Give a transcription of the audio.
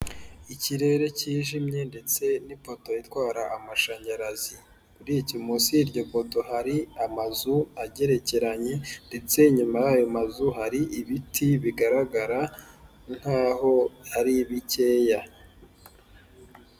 Ikirere kijimye ndetse n'ipoto itwara amashanyarazi munsi y'iryo poto hari amazu agerekeranye ndetse nyuma yayo mazu hari ibiti bigaragara nk'aho ari bikeya.